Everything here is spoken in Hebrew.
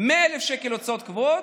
100,000 שקל הוצאות קבועות,